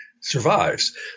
survives